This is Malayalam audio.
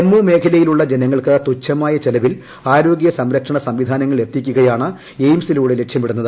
ജമ്മു മേഖലയിലുള്ള ്ള്ള ജനങ്ങൾക്ക് തുച്ഛമായ ചെലവിൽ ആരോഗ്യ സംരക്ഷിന്റ് സംവിധാനങ്ങൾ എത്തിക്കുകയാണ് എയിംസിലൂടെ ലക്ഷ്യമിടുന്നത്